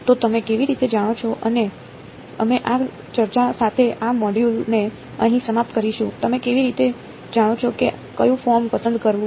તો તમે કેવી રીતે જાણો છો અને અમે આ ચર્ચા સાથે આ મોડ્યુલને અહીં સમાપ્ત કરીશું તમે કેવી રીતે જાણો છો કે કયું ફોર્મ પસંદ કરવું